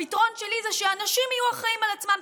הפתרון שלי הוא שאנשים יהיו אחראים על עצמם.